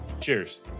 Cheers